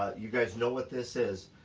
you guys know what this is.